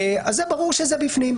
אז ברור שזה בפנים.